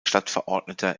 stadtverordneter